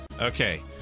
Okay